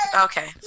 Okay